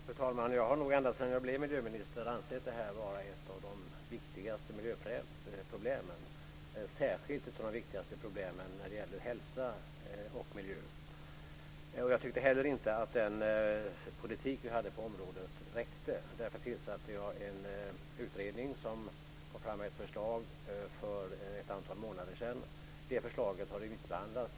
Fru talman! Jag har nog ända sedan jag blev miljöminister ansett det här vara ett av de viktigaste miljöproblemen, särskilt när det gäller hälsa och miljö. Jag tyckte inte heller att den politik vi hade på området räckte. Därför tillsatte jag en utredning som lade fram ett förslag för ett antal månader sedan. Det förslaget har remissbehandlats.